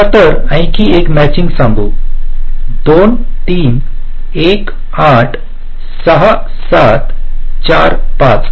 चला तरआणखी एक मॅचिंग सांगू 2 3 1 8 6 7 4 5